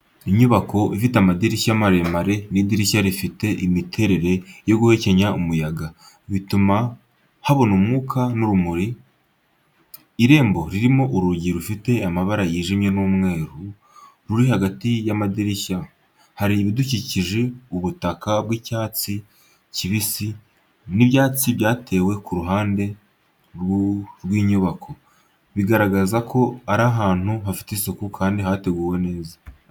Inyubako ifite amadirishya maremare n’idirishya rifite imiterere yo guhekenya umuyaga, bituma habona umwuka n’urumuri. Irembo ririmo urugi rufite amabara yijimye n’umweru, ruri hagati y’amadirishya. Hari ibidukikije, ubutaka bw’icyatsi kibisi n’ibyatsi byatewe ku ruhande rw’inyubako, bigaragaza ko iri ahantu hafite isuku kandi hateguwe neza.